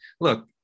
look